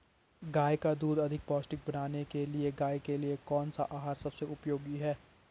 गाय का दूध अधिक पौष्टिक बनाने के लिए गाय के लिए कौन सा आहार सबसे उपयोगी है?